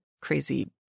crazy